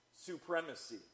supremacy